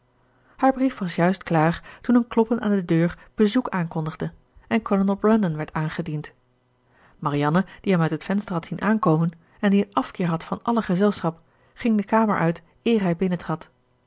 haar brief was juist klaar toen een kloppen aan de deur bezoek aankondigde en kolonel brandon werd aangediend marianne die hem uit het venster had zien aankomen en die een afkeer had van alle gezelschap ging de kamer uit eer hij